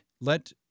let